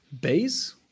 base